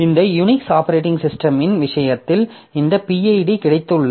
இந்த Unix operating சிஸ்டமின் விஷயத்தில் இந்த pid கிடைத்துள்ளது